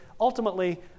Ultimately